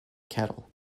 kettle